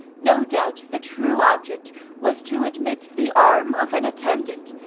no doubt the true object was to admit the arm of an attendant,